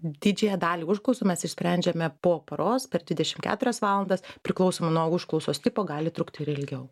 didžiąją dalį užklausų mes išsprendžiame po paros per dvidešim keturias valandas priklausomai nuo užklausos tipo gali trukti ir ilgiau